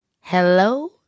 Hello